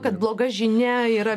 kad bloga žinia yra